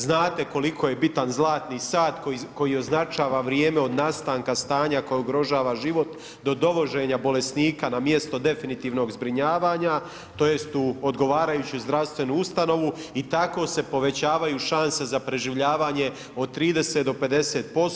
Znate koliko je bitan zlatni sat koji označava vrijeme od nastanka stanja koje ugrožava život do dovoženja bolesnika na mjesto definitivnog zbrinjavanja tj. u odgovarajuću zdravstvenu ustanovu i tako se povećavaju šanse za preživljavanje od 30 do 50%